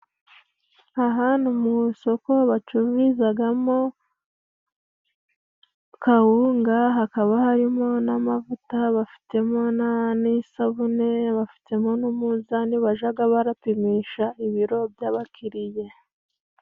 Aha ni mu isoko bacururizagamo kawunga, hakaba harimo n'amavuta, bafite mo n'isabune, bafite mo n'umuzani bajaga barapimisha ibiro by'abakiriya.